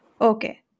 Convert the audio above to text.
Okay